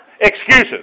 Excuses